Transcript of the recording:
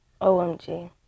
OMG